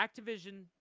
Activision